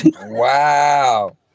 Wow